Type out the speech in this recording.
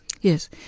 Yes